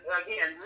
again